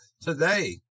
today